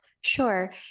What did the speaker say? Sure